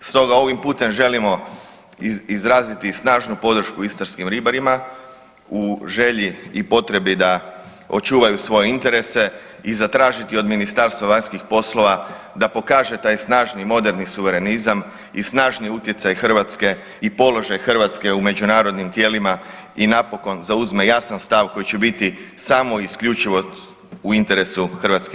Stoga ovim putem želimo izraziti snažnu podršku istarskim ribarima u želji i potrebi da očuvaju svoje interese i zatražiti od Ministarstva vanjskih poslova da pokaže taj snažni moderni suverenizam i snažni utjecaj Hrvatske i položaj Hrvatske u međunarodnim tijelima i napokon zauzme jasan stav koji će biti samo i isključivo u interesu hrvatskih